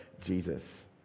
Jesus